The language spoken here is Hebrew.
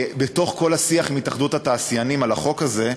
בתוך כל השיח עם התאחדות התעשיינים על החוק הזה,